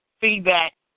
feedback